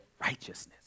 Righteousness